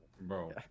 Bro